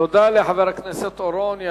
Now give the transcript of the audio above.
תודה לחבר הכנסת אורון.